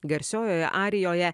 garsiojoje arijoje